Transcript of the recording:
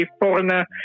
foreigner